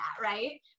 right